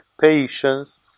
patience